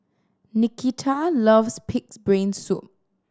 Nikita loves Pig's Brain Soup